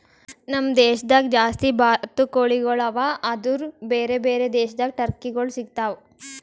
ನಮ್ ದೇಶದಾಗ್ ಜಾಸ್ತಿ ಬಾತುಕೋಳಿಗೊಳ್ ಅವಾ ಆದುರ್ ಬೇರೆ ಬೇರೆ ದೇಶದಾಗ್ ಟರ್ಕಿಗೊಳ್ ಸಿಗತಾವ್